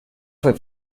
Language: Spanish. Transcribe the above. fue